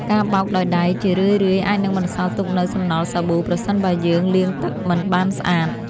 ការបោកដោយដៃជារឿយៗអាចនឹងបន្សល់ទុកនូវសំណល់សាប៊ូប្រសិនបើយើងលាងទឹកមិនបានស្អាត។